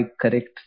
correct